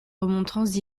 remontrances